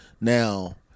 now